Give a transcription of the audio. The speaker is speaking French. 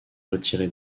retiré